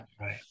right